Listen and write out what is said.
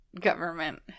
government